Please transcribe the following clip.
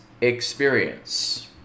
experience